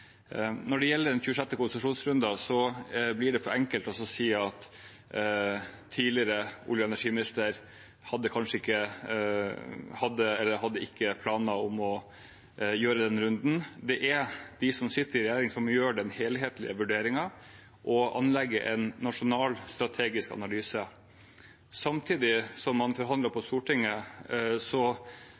Når det gjelder den 26. konsesjonsrunden, blir det for enkelt å si at den tidligere olje- og energiministeren kanskje ikke hadde planer om å gjøre denne runden. Det er de som sitter i regjering, som må gjøre den helhetlige vurderingen og anlegge en nasjonal strategisk analyse. Samtidig som man forhandlet på Stortinget,